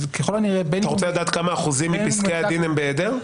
אז ככל הנראה --- אתה רוצה לדעת כמה אחוז מפסקי הדין ניתנו בהיעדר?